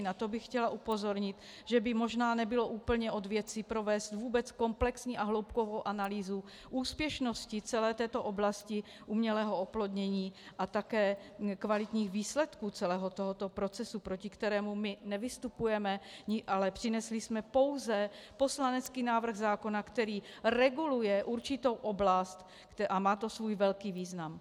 Na to bych chtěla upozornit, že by možná nebylo úplně od věci provést vůbec komplexní a hloubkovou analýzu úspěšnosti celé této oblasti umělého oplodnění a také kvalitních výsledků celého tohoto procesu, proti kterému my nevystupujeme, ale přinesli jsme pouze poslanecký návrh zákona, který reguluje určitou oblast, a má to svůj velký význam.